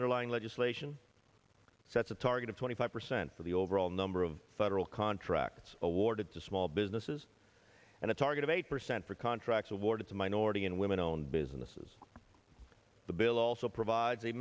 underlying legislation sets a target of twenty five percent for the overall number of federal contracts awarded to small businesses and a target of eight percent for contracts awarded to minority and women owned businesses the bill also provides a